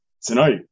Tonight